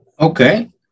Okay